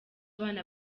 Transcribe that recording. abana